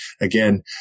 Again